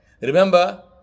Remember